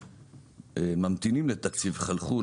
ממתינים לתקציב: חלחול,